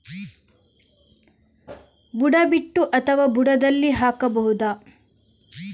ಬುಡ ಬಿಟ್ಟು ಅಥವಾ ಬುಡದಲ್ಲಿ ಹಾಕಬಹುದಾ?